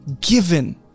given